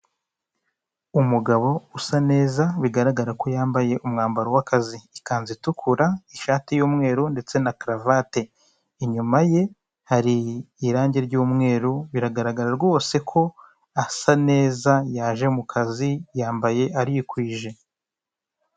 Umugabo usa neza bigaragara ko yambaye umwambaro wakazi ikanzu itukura, ishati yumweru, ndetse na karuvati inyuma ye hari irange ry'umweru biragaragara rwose ko asa neza yaje mu kazi yambaye arikwije.